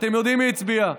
אתם יודעים מי הצביע,